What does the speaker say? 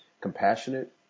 compassionate